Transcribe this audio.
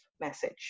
message